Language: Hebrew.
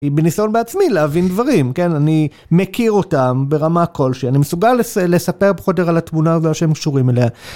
היא בניסיון בעצמי להבין דברים. כן, אני מכיר אותם ברמה כלשהי, אני מסוגל לספר פחות או יותר על התמונה הגדולה שהם קשורים אליה